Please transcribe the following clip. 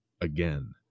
again